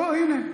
בוא, הינה.